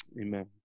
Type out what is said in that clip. Amen